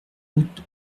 route